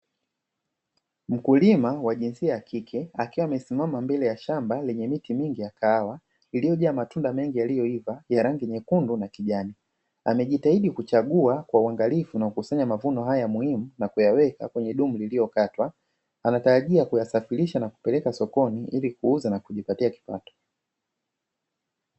Mkulima wa jinsia ya kike, akiwa amesimama mbele ya shamba lenye miti mingi ya kahawa, iliyojaa matunda mengi yaliyoiva ya rangi nyekundu na kijani. Amejitahidi kuchagua kwa uangalifu na kukusanya mavuno haya muhimu, na kuyaweka kwenye dumu lililokatwa. Anatarajia kuyasafirisha na kupeleka sokoni ili kuuza na kujipatia kipato.